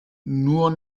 nur